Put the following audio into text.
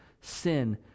sin